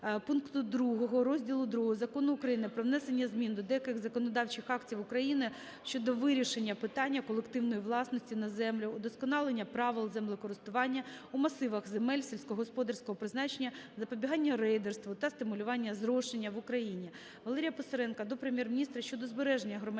пункту 2 Розділу ІІ Закону України "Про внесення змін до деяких законодавчих актів України щодо вирішення питання колективної власності на землю, удосконалення правил землекористування у масивах земель сільськогосподарського призначення, запобігання рейдерству та стимулювання зрошення в Україні".